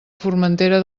formentera